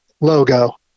logo